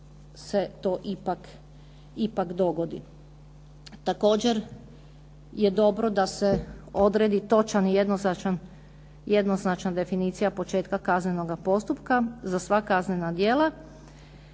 se to ipak dogodi. Također je dobro da se odredi točan i jednoznačan definicija početka kaznenoga postupka za sva kaznena djela.